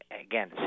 again